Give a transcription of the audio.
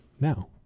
now